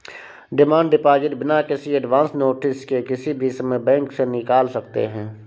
demand deposit बिना किसी advance notice के किसी भी समय बैंक से निकाल सकते है